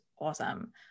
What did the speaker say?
awesome